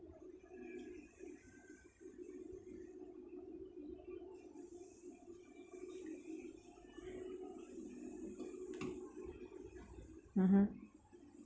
mmhmm